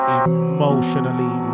emotionally